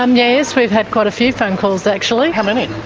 and yes, we've had quite a few phone calls, actually. how many?